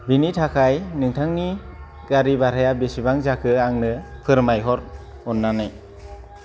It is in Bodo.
बिनि थाखाय नोंथांनि गारि भाराया बेसेबां जाखो आंनो फोरमायहर अननानै